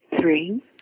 Three